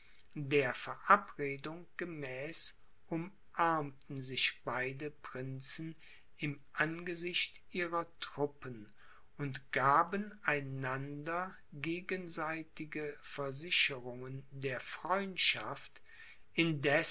der verabredung gemäß umarmten sich beide prinzen im angesicht ihrer truppen und gaben einander gegenseitige versicherungen der freundschaft